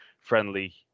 friendly